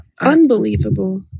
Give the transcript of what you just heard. Unbelievable